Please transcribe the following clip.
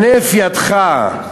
הנף ידך,